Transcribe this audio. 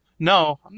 No